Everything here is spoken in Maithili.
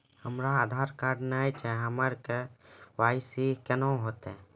हमरा आधार कार्ड नई छै हमर के.वाई.सी कोना हैत?